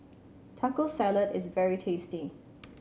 Taco Salad is very tasty